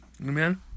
Amen